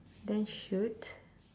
then shoot